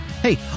Hey